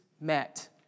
met